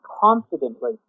confidently